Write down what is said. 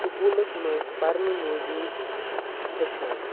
سکوٗلَس منٛز پَرنہٕ موٗجوٗب ہیٚچھان